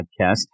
podcast